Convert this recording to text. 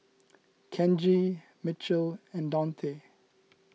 Kenji Mitchel and Daunte